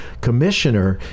commissioner